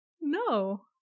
no